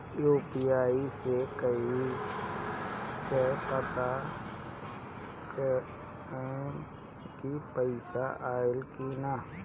UPI से कईसे पता करेम की पैसा आइल की ना?